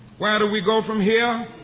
where do we go from here?